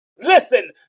listen